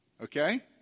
Okay